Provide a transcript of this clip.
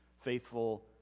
faithful